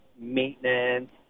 maintenance